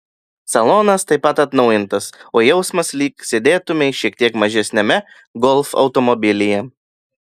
salonas taip pat atnaujintas o jausmas lyg sėdėtumei šiek tiek mažesniame golf automobilyje